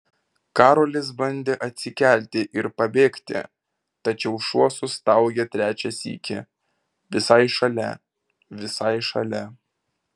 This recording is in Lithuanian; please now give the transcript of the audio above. karolis bandė atsikelti ir pabėgti tačiau šuo sustaugė trečią sykį visai šalia visai šalia